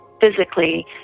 physically